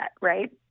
right